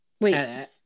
wait